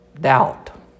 doubt